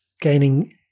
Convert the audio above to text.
gaining